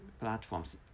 platforms